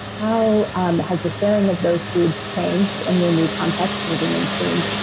how has the sharing of those foods changed in your new context living in queens?